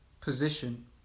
position